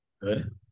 good